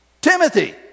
Timothy